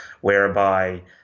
whereby